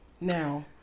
Now